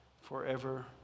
Forever